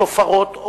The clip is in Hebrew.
שופרות,